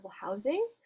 housing